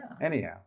Anyhow